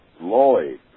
Lloyd